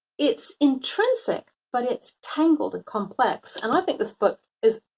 it's intrinsic, but it's tangled and complex. and i think this book is